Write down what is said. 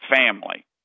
family